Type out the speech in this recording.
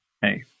Hey